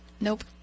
Nope